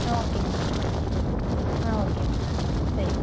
ஆ ஓகேங்க சரி ஆ ஓகேங்க சரி சரி